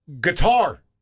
guitar